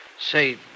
Say